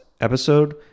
episode